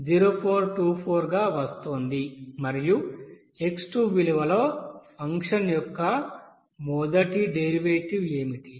0424 గా వస్తోంది మరియు x2 విలువలో ఫంక్షన్ యొక్క మొదటి డెరివేటివ్ ఏమిటి